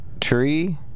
tree